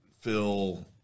Phil